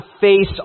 face